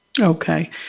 Okay